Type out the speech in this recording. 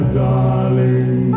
darling